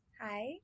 hi